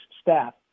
staff